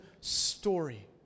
story